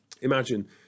Imagine